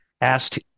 asked